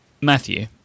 Matthew